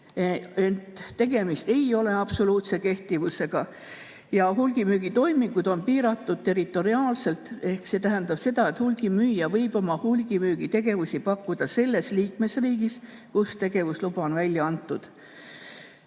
tegemist ei ole absoluutse kehtivusega ja hulgimüügitoimingud on piiratud territoriaalselt. See tähendab seda, et hulgimüüja võib oma hulgimüügitegevust pakkuda selles liikmesriigis, kus tegevusluba on välja antud.